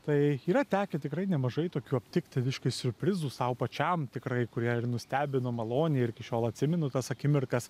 tai yra tekę tikrai nemažai tokių aptikti reiškia siurprizų sau pačiam tikrai kurie nustebino maloniai ir iki šiol atsimenu tas akimirkas